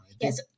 Yes